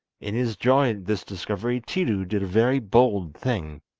in his joy at this discovery tiidu did a very bold thing.